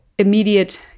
Immediate